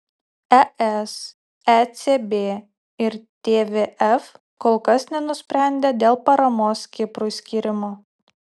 es ecb ir tvf kol kas nenusprendė dėl paramos kiprui skyrimo